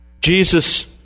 Jesus